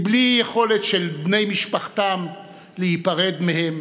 בלי שבני משפחתם יכולים להיפרד מהם